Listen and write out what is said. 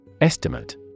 Estimate